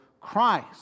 Christ